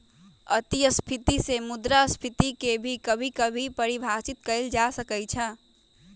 अतिस्फीती से मुद्रास्फीती के भी कभी कभी परिभाषित कइल जा सकई छ